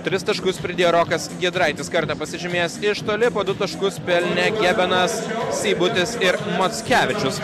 tris taškus pridėjo rokas giedraitis kartą pasižymėjęs iš toli po du taškus pelnė gebenas seibutis ir mockevičius